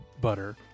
butter